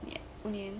ya 五年